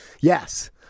Yes